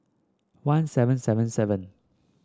one seven seven seven